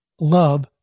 love